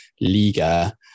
Liga